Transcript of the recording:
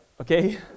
okay